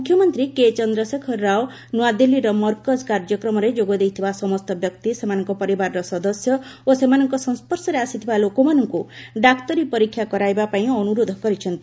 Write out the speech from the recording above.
ମୁଖ୍ୟମନ୍ତ୍ରୀ କେଚନ୍ଦ୍ରଶେଖର ରାଓ ନୂଆଦିଲ୍ଲୀର ମର୍କଜ କାର୍ଯ୍ୟକ୍ରମରେ ଯୋଗଦେଇଥିବା ସମସ୍ତ ବ୍ୟକ୍ତି ସେମାନଙ୍କ ପରିବାରର ସଦସ୍ୟ ଓ ସେମାନଙ୍କ ସଂସ୍ୱର୍ଶରେ ଆସିଥିବା ଲୋକମାନଙ୍କୁ ଡାକ୍ତରୀ ପରୀକ୍ଷା କରାଇବା ପାଇଁ ଅନୁରୋଧ କରିଛନ୍ତି